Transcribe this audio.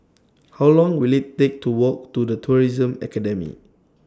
How Long Will IT Take to Walk to The Tourism Academy